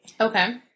Okay